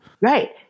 Right